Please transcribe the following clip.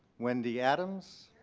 wendy adams.